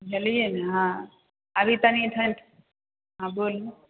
बुझलिए ने अभी तनि ठण्ड हँ बोलू